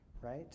right